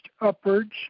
upwards